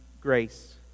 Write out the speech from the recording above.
grace